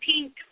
pink